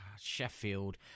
sheffield